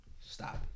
Stop